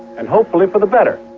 and hopefully for the better.